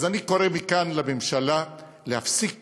אז אני קורא מכאן לממשלה להפסיק